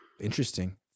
Interesting